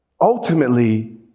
ultimately